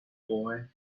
boy